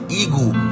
eagle